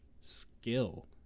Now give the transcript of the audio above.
skill